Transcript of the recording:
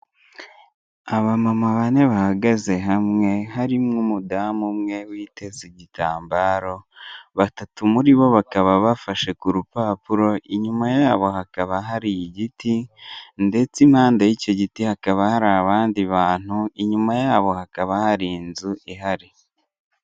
Abamama bane bahagaze hamwe , harimo umudamu umwe witeze igitambaro, batatu muri bo bakaba bafashe ku rupapuro, inyuma yabo hakaba hari igiti, ndetse impande y'icyo giti hakaba hari abandi bantu, inyuma yabo hakaba hari inzu ihari.